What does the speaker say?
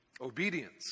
obedience